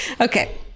Okay